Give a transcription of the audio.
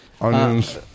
Onions